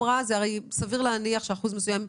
סביר להניח שאחוז מסוים,